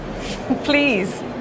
please